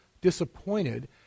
disappointed